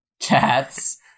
Chats